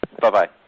Bye-bye